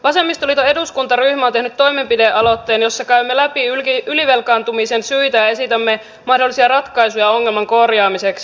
vasemmistoliiton eduskuntaryhmä on tehnyt toimenpidealoitteen jossa käymme läpi ylivelkaantumisen syitä ja esitämme mahdollisia ratkaisuja ongelman korjaamiseksi